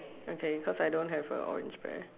okay cause I don't have a orange pear